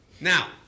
Now